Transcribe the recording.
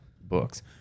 books